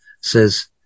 says